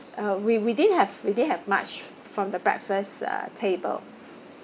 uh we we didn't have we didn't have much from the breakfast uh table